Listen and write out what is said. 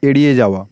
এড়িয়ে যাওয়া